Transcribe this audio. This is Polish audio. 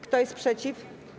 Kto jest przeciw?